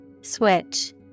Switch